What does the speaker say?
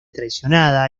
traicionada